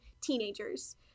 teenagers